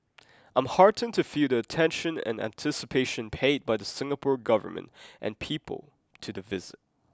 I'm heartened to feel the attention and anticipation paid by the Singapore Government and people to the visit